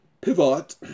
pivot